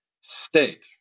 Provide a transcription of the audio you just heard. state